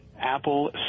Apple